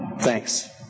Thanks